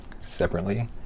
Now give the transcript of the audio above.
Separately